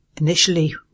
Initially